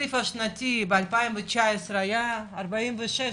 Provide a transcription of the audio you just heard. התקציב השנתי ב-2019 היה 44